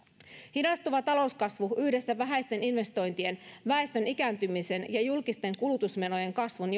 hidastuva talouskasvu yhdessä vähäisten investointien väestön ikääntymisen ja julkisten kulutusmenojen kasvun